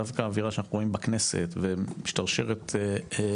דווקא אווירה שאנחנו רואים בכנסת ומשתרשרת לרחוב,